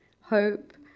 Hope